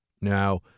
Now